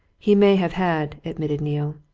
he may have had, admitted neale.